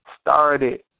started